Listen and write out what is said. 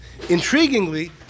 intriguingly